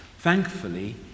Thankfully